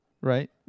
right